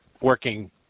working